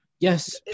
Yes